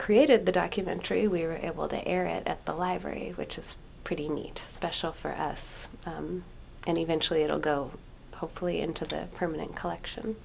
created the documentary we were able to air it at the library which is pretty neat special for us and eventually it will go hopefully into permanent collection